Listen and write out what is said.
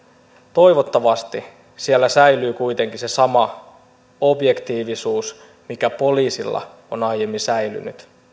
toivottavasti siellä säilyy kuitenkin se sama objektiivisuus mikä poliisilla on aiemmin säilynyt